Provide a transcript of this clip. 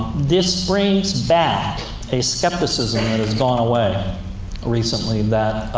this brings back a skepticism that has gone away recently, that